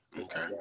Okay